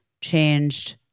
changed